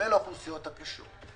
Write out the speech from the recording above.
כולל האוכלוסיות הקשות.